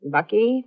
Bucky